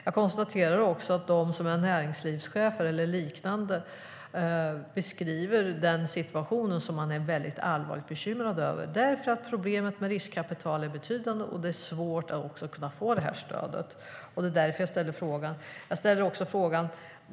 Jag konstaterar också att de som är näringslivschefer eller liknande beskriver en situation som de är väldigt allvarligt bekymrade över. Problemet med riskkapital är betydande, och det är svårt att kunna få stödet. Det är därför jag ställer frågan.